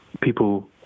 people